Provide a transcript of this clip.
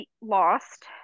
lost